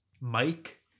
Mike